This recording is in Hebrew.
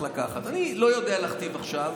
אני לא יודע להכתיב עכשיו,